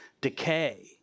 decay